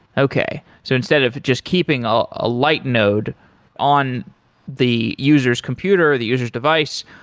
okay. so instead of just keeping a ah light node on the user s computer, the user s device,